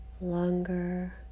longer